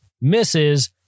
misses